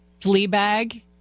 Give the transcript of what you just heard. Fleabag